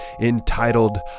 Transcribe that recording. entitled